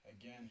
Again